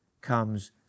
comes